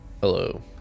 Hello